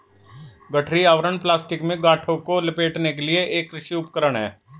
गठरी आवरण प्लास्टिक में गांठों को लपेटने के लिए एक कृषि उपकरण है